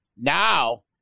Now